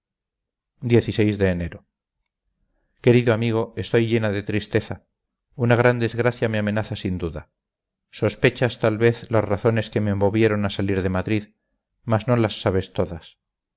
x de enero querido amigo estoy llena de tristeza una gran desgracia me amenaza sin duda sospechas tal vez las razones que me movieron a salir de madrid mas no las sabes todas